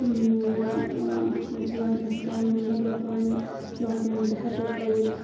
اَتھ منٛز چھِ واریاہ ہیٚکان مَطلَب پَنٕنۍ ڈاکمؠنٛٹہٕ ہؠکو تھٲیِتھ